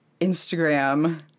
Instagram